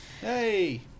Hey